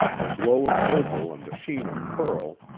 the glow of opal and the sheen of pearl,